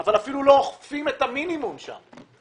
אבל אפילו לא אוכפים את המינימום שם.